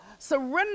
Surrender